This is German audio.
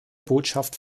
botschaft